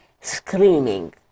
screaming